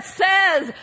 says